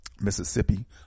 Mississippi